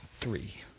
Three